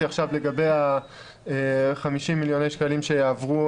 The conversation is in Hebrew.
שאמרתי עכשיו לגבי ה-50 מיליוני שקלים שיעברו